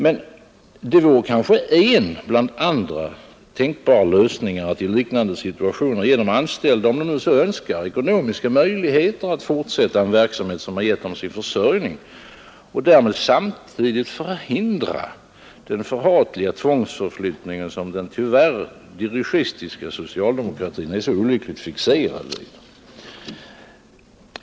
Men detta vore kanske en bland andra tänkbara lösningar att i liknande situationer ge de anställda, om de så önskar, ekonomiska möjligheter att fortsätta en verksamhet som har gett dem deras försörjning och därmed samtidigt förhindra den förhatliga tvångsförflyttning som den tyvärr dirigistiska socialdemokratin är så olyckligt fixerad vid.